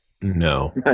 No